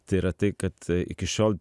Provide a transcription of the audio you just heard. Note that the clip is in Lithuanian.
tai yra tai kad iki šiol